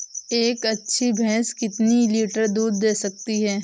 एक अच्छी भैंस कितनी लीटर दूध दे सकती है?